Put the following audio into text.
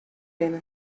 rinne